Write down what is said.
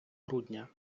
грудня